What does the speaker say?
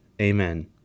Amen